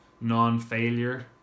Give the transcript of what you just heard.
non-failure